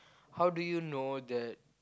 how do you know that